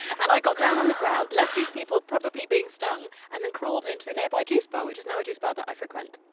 and i got down on the ground, left these people, probably being stung, and then crawled into a nearby juice bar, which is now a juice bar that i frequent.